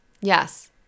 Yes